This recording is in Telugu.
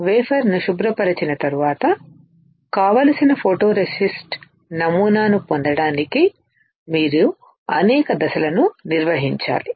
వేఫర్ ను శుభ్రపరిచిన తరువాత కావలసిన ఫోటోరేసిస్ట్ నమూనాను పొందడానికి మీరు అనేక దశలను నిర్వహించాలి